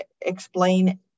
explain